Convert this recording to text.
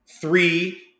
Three